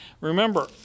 Remember